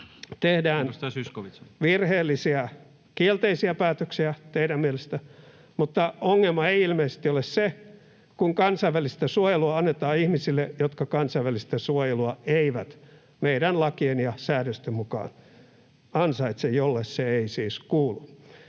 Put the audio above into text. tehdään virheellisiä kielteisiä päätöksiä teidän mielestänne, mutta ongelma ei ilmeisesti ole se, kun kansainvälistä suojelua annetaan ihmisille, jotka kansainvälistä suojelua eivät meidän lakien ja säädösten mukaan ansaitse, joille se ei siis kuulu.